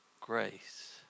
grace